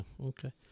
Okay